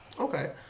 Okay